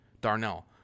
Darnell